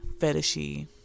fetishy